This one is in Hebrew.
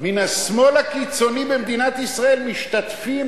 מן השמאל הקיצוני במדינת ישראל משתתפים